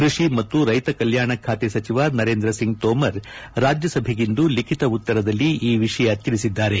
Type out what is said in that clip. ಕೃಷಿ ಮತ್ತು ರೈತ ಕಲ್ಲಾಣ ಖಾತೆ ಸಚಿವ ನರೇಂದ್ರ ಸಿಂಗ್ ತೋಮರ್ ರಾಜ್ಯಸಭೆಗಿಂದ ಲಿಖಿತ ಉತ್ತರದಲ್ಲಿ ಈ ವಿಷಯ ತಿಳಿಸಿದ್ದಾರೆ